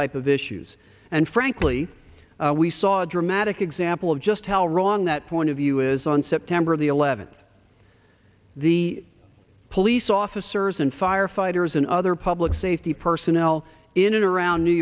type of issues and frankly we saw a dramatic example of just how wrong that point of view is on september the eleventh the police officers and firefighters and other public safety personnel in and around new